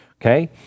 Okay